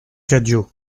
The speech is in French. cadio